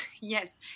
Yes